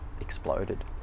exploded